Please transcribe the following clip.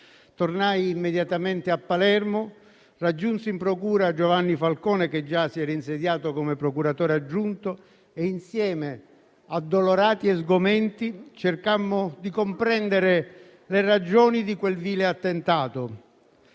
Tornai immediatamente a Palermo, raggiunsi in procura Giovanni Falcone, che già si era insediato come procuratore aggiunto, e insieme, addolorati e sgomenti, cercammo di comprendere le ragioni di quel vile attentato.